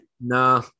Nah